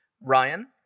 ryan